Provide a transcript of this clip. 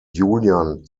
julian